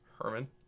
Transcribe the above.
Herman